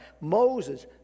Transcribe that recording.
Moses